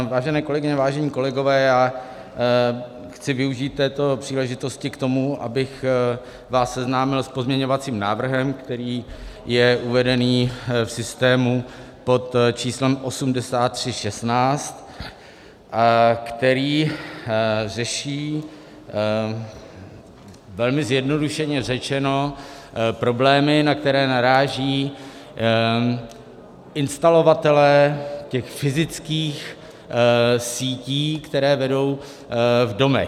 Vážené kolegyně, vážení kolegové, chci využít této příležitosti k tomu, abych vás seznámil s pozměňovacím návrhem, který je uvedený v systému pod číslem 8316, který řeší velmi zjednodušeně řečeno problémy, na které narážejí instalovatelé těch fyzických sítí, které vedou v domech.